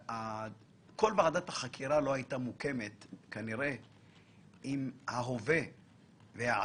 כל ועדת החקירה לא הייתה מוקמת אם ההווה והעתיד